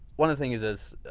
one of the things is,